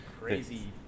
Crazy